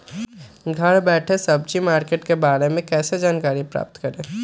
घर बैठे सब्जी मार्केट के बारे में कैसे जानकारी प्राप्त करें?